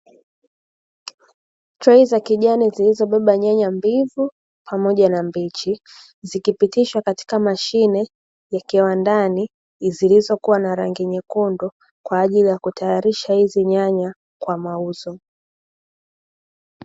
Trei za kijani zilizobeba nyanya mbivu pamoja na mbichi, zikipitishwa katika mashine ya kiwandani zilizo kuwa na rangi nyekundu kwa ajili ya kutayarisha hizi nyanya kwa mauzo.